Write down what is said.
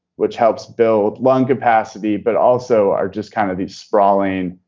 which helps build lung capacity, but also are just kind of a sprawling,